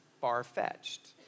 far-fetched